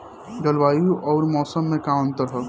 जलवायु अउर मौसम में का अंतर ह?